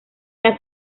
las